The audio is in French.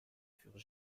furent